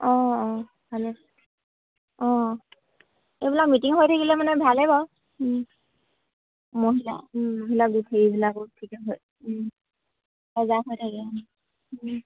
অঁ অঁ ভালে অঁ এইবিলাক মিটিং হৈ থাকিলে মানে ভালেই বাৰু মহিলা মহিলা গোটবিলাক হেৰিবিলাকো ঠিকে হয় সজাগ হৈ থাকে